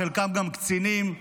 חלקם גם קצינים,